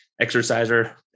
exerciser